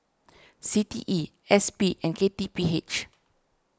C T E S P and K T P H